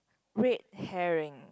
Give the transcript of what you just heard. red herring